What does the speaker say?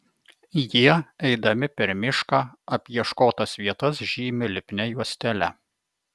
jie eidami per mišką apieškotas vietas žymi lipnia juostele